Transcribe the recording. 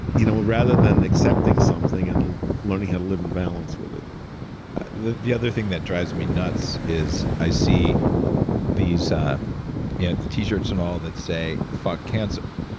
you know rather than accepting something and learning how to live in balance with it the the other thing that drives me nuts is i see yeah the t-shirts and all that say, fuck cancer.